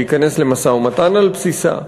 להיכנס למשא-ומתן על בסיסה.